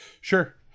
Sure